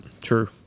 True